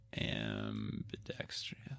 ambidextrous